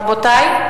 רבותי,